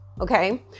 Okay